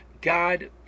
God